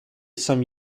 some